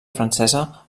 francesa